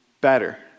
better